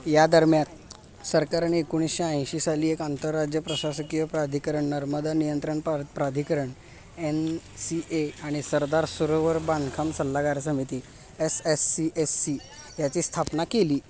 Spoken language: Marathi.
या दरम्यान सरकारने एकोणीशे ऐंशीसाली एक आंतरराज्य प्रशासकीय प्राधिकरण नर्मदा नियंत्रण पार प्राधिकरण एन सी ए आणि सरदार सरोवर बांधकाम सल्लागार समिती एस सी एस सी याची स्थापना केली